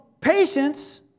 patience